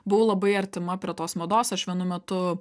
buvau labai artima prie tos mados aš vienu metu